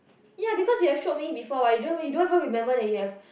ya because you have showed me before what you don't you don't even remember that you have